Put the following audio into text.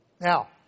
Now